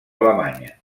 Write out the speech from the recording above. alemanya